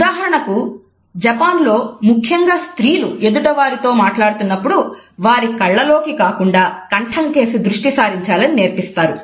ఉదాహరణకు జపాన్లో ముఖ్యంగా స్త్రీలను ఎదుటివారు మాట్లాడుతున్నప్పుడు వారి కళ్ళలోకి కాకుండా కంఠం కేసి దృష్టి సారించాలని నేర్పిస్తారు